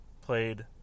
played